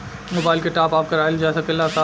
Mobile के top आप कराइल जा सकेला का?